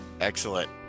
Excellent